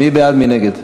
מי בעד, מי נגד?